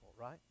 right